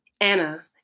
Anna